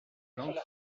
langue